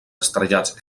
estrellats